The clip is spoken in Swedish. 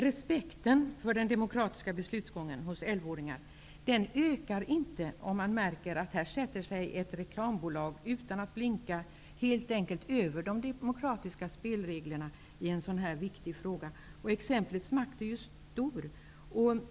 Respekten för den demokratiska beslutsgången ökar inte hos elvaåringar, om de märker att ett reklambolag utan att blinka helt enkelt sätter sig över de demokratiska spelreglerna i en sådan här viktig fråga. Exemplets makt är stor.